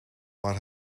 maar